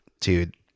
dude